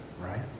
right